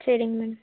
சரிங்க மேடம்